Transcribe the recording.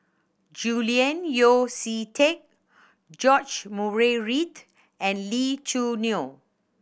Julian Yeo See Teck George Murray Reith and Lee Choo Neo